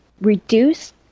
reduce